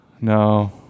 no